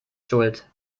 schuld